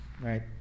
right